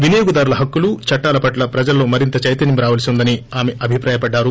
వినియోగదారుల హక్కులు చట్టాలపట్ల ప్రజల్లో మరింత చైతన్యం రావలసి ఉందని ఆమె అభిప్రాయపడ్డారు